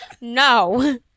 No